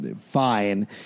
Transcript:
fine